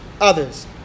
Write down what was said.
others